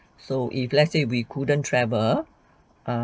so if let's say we couldn't travel